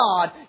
God